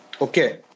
Okay